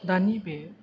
दानि बे